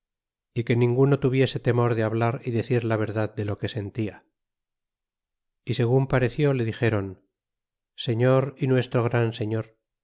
y que ninguno tuviese temor de hablar y decir la verdad de lo que sentia y segun pareció le dixeron señor y nuestro gran señor